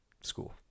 school